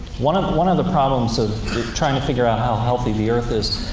one one of the problems of trying to figure out how healthy the earth is,